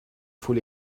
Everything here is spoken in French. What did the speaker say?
faut